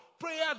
Prayer